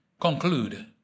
conclude